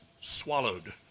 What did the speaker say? swallowed